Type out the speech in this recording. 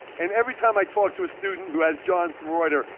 and every time i talk to a student who has john reuter,